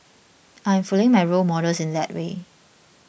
I'm following my role models in that way